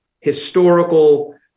historical